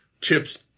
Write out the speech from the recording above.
Chips